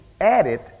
added